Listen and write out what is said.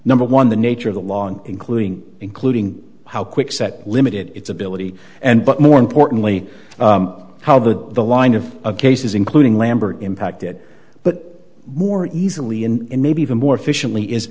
number one the nature of the long including including how kwikset limited its ability and but more importantly how the the line of cases including lambert impacted but more easily and maybe even more efficiently is